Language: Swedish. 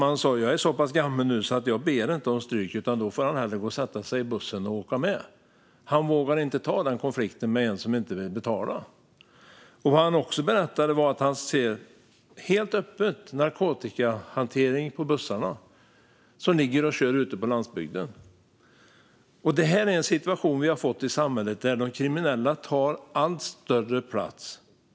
Han sa: Jag är så pass gammal nu att jag inte ber om stryk. Då får han hellre sätta sig i bussen och åka med. Han vågar inte ta den konflikten med en som inte vill betala. Vad han också berättade var att han ser helt öppen narkotikahantering på bussarna ute på landsbygden. Vi har fått en situation i samhället där de kriminella tar allt större plats.